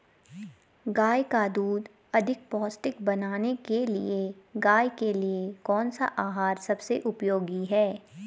गाय का दूध अधिक पौष्टिक बनाने के लिए गाय के लिए कौन सा आहार सबसे उपयोगी है?